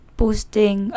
posting